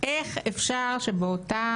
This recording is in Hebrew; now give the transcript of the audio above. איך אפשר שבאותה